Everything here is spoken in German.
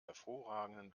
hervorragenden